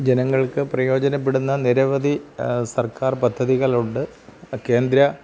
ജനങ്ങൾക്ക് പ്രയോജനപ്പെടുന്ന നിരവധി സർക്കാർ പദ്ധതികളുണ്ട് കേന്ദ്ര